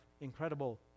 incredible